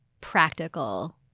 practical